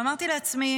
ואמרתי לעצמי,